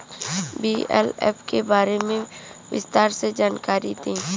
BLF के बारे में विस्तार से जानकारी दी?